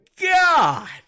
God